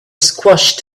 squashed